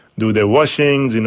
do their washings, you know,